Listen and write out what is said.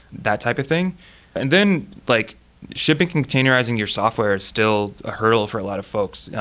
that type of thing and then like shipping, containerizing your software is still a hurdle for a lot of folks.